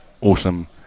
awesome